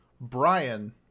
Brian